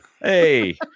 hey